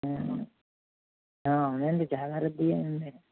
అవునండి చాలా రద్దీ అండి